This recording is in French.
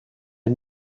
est